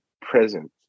present